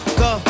go